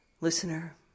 Listener